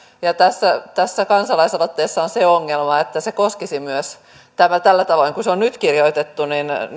tässä tässä kansalaisaloitteessa on se ongelma että se koskisi tällä tavoin kuin se on nyt kirjoitettu